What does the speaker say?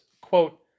quote